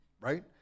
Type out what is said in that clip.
right